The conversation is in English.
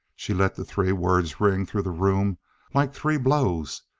she let the three words ring through the room like three blows,